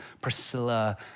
Priscilla